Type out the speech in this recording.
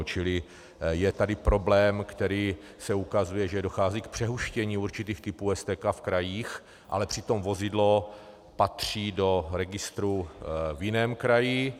Čili je tady problém, který se ukazuje, že dochází k přehuštění určitých typů STK v krajích, ale přitom vozidlo patří do registru v jiném kraji.